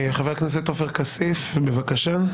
חבר הכנסת עופר כסיף, בבקשה.